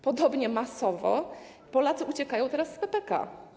Podobnie masowo Polacy uciekają teraz z PPK.